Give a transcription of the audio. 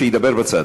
שידבר בצד.